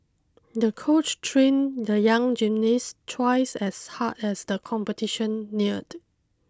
the coach trained the young gymnast twice as hard as the competition neared